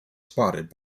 spotted